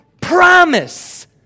promise